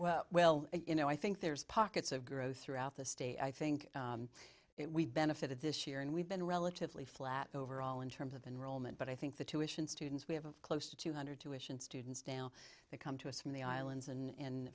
well well you know i think there's pockets of growth throughout the state i think it we've benefited this year and we've been relatively flat overall in terms of enrollment but i think the tuition students we have close to two hundred tuitions students down that come to us from the islands